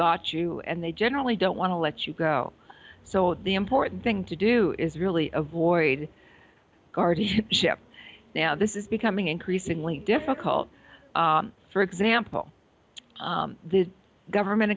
got you and they generally don't want to let you go so the important thing to do is really avoid guard ship now this is becoming increasingly difficult for example the government